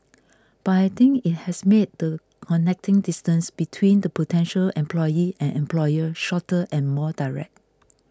but I think it has made the connecting distance between the potential employee and employer shorter and more direct